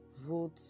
vote